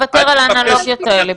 אבל בואו נוותר על האנלוגיות האלה.